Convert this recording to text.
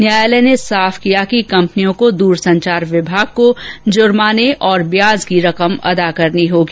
न्यायालय ने साफ किया कि कंपनियों को दूरसंचार विभाग को जुर्माना और व्याज की रकम का भुगतान करना होगा